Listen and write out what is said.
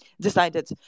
decided